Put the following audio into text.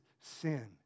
sin